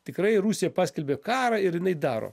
tikrai rusija paskelbė karą ir jinai daro